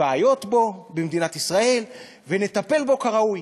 בבעיות בו במדינת ישראל ונטפל בו כראוי.